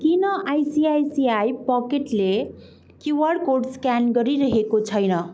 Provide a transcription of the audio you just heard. किन आइसिआइसिआई पकेटले QR code scan गरिरहेको छैन